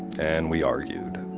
and we argued.